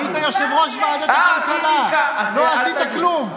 היית יושב-ראש ועדת הכלכלה, לא עשית כלום.